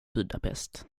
budapest